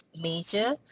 major